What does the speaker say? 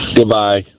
Goodbye